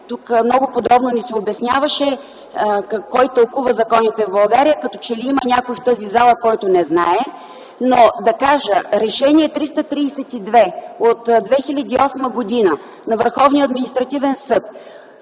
тук много подробно ни се обясняваше кой тълкува законите в България, като че ли има някой в тази зала, който не знае. С Решение № 332 от 2008 г. на Върховния административен съд